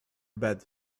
bed